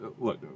look